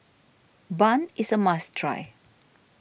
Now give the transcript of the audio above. Bun is a must try